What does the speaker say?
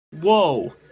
Whoa